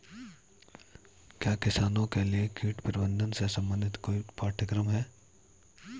क्या किसानों के लिए कीट प्रबंधन से संबंधित कोई पाठ्यक्रम है?